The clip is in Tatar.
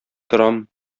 торам